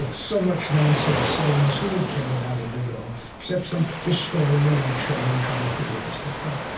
ah so much nonsense, silliness. who would care about it at all? except some historian, like scholem, trying to figure this stuff out